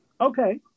okay